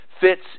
fits